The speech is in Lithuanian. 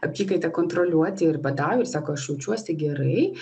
apykaitą kontroliuoti ir badauja ir sako aš jaučiuosi gerai